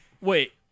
wait